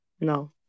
No